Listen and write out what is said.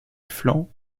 flanc